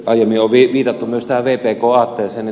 aiemmin on viitattu myös tähän vpk aatteeseen